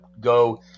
go